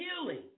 healing